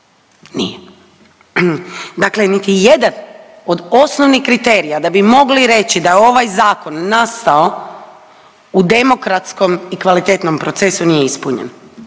Nije. Dakle, niti jedan od osnovnih kriterija da bi mogli reći da je ovaj zakon nastao u demokratskom i kvalitetnom procesu nije ispunjen